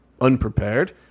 unprepared